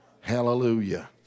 hallelujah